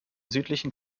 südlichen